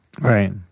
Right